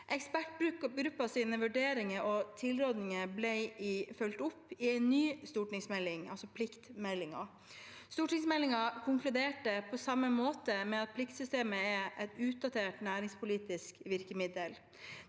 Ekspertgruppens vurderinger og tilrådinger ble fulgt opp i en ny stortingsmelding, altså pliktmeldingen. Stortingsmeldingen konkluderte på samme måte med at pliktsystemet er et utdatert næringspolitisk virkemiddel.